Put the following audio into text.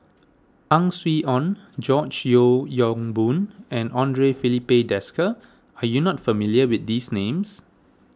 Ang Swee Aun George Yeo Yong Boon and andre Filipe Desker are you not familiar with these names